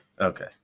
Okay